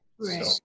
Right